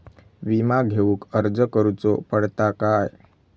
विमा घेउक अर्ज करुचो पडता काय?